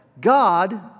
God